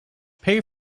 pay